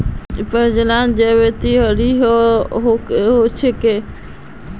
परिचालन जोखिम गैर वित्तीय जोखिम हछेक